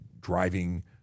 driving